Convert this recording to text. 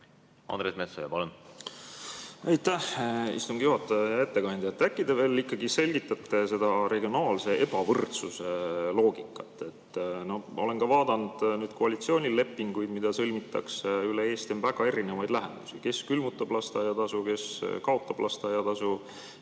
Andres Metsoja, palun! Aitäh, istungi juhataja! Hea ettekandja! Äkki te veel ikkagi selgitate seda regionaalse ebavõrdsuse loogikat? Ma olen vaadanud neid koalitsioonilepinguid, mida sõlmitakse üle Eesti. Seal on väga erinevaid lähenemisi: kes külmutab lasteaiatasu, kes kaotab lasteaiatasu,